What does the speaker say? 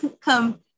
come